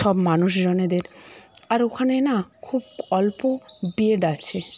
সব মানুষজনদের আর ওখানে না খুব অল্প বেড আছে